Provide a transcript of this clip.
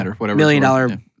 million-dollar